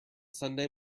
sunday